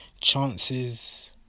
chances